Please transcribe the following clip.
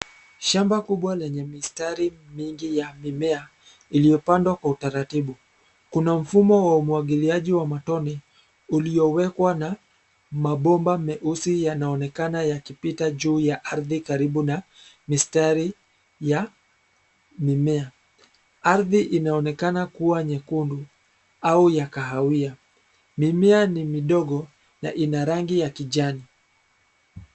Shamba kubwa lenye mistari mingi ya mimea iliyopandwa kwa utaratibu. Kuna mfumo wa umwagiliaji wa matone uliowekwa na mabomba meusi yanaonekana yakipita juu ya ardhi karibu na mistari ya mimea. Ardhi inaonekana kuwa nyekundu au ya kahawia. Mimea ni midogo na ina rangi ya kijani.